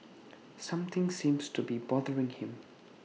something seems to be bothering him